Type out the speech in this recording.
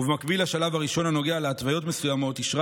ובמקביל לשלב הראשון הנוגע להתוויות מסוימות אישרה